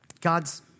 God's